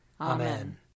Amen